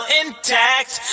intact